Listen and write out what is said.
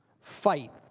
fight